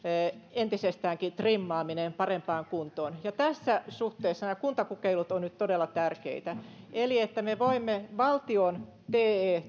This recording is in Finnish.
entisestäänkin trimmaaminen parempaan kuntoon ja tässä suhteessa nämä kuntakokeilut ovat nyt todella tärkeitä eli että me voimme valtion te